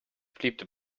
beliebte